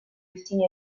ultimi